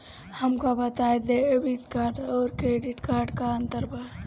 हमका बताई debit card और क्रेडिट कार्ड में का अंतर बा?